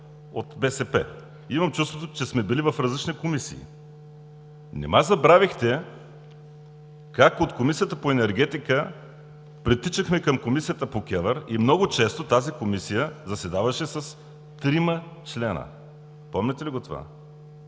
– КЕВР. Имам чувството, че сме били в различни комисии. Нима забравихте как от Комисията по енергетика притичвахме към Комисията по КЕВР и много често тази Комисия заседаваше с трима членове. Помните ли това?